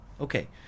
Okay